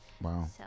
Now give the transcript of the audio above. wow